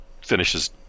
finishes